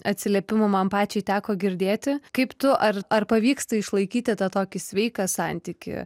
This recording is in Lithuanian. atsiliepimų man pačiai teko girdėti kaip tu ar ar pavyksta išlaikyti tą tokį sveiką santykį